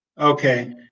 Okay